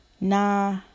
Nah